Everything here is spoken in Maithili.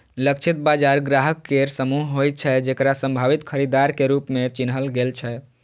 लक्षित बाजार ग्राहक केर समूह होइ छै, जेकरा संभावित खरीदार के रूप मे चिन्हल गेल छै